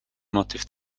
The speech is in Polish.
motyw